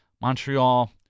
Montreal